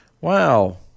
Wow